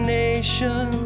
nation